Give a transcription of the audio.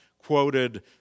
quoted